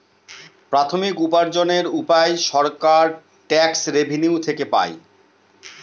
প্রাথমিক উপার্জনের উপায় সরকার ট্যাক্স রেভেনিউ থেকে পাই